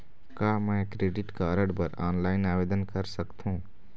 का मैं credit card बर ऑनलाइन आवेदन कर सकथों?